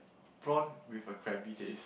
prawn with a crabby taste